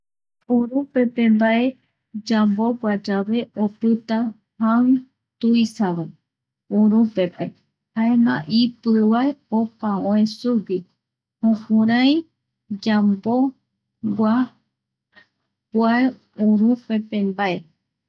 Urupepe mbae yambogua yave opita jai tuisa vae, urupepe jaema ipiu va opa oe sugui, jokurai ya maembogua kua urupepe mbae